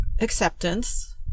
acceptance